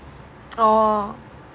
oh